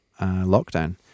lockdown